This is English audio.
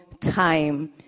time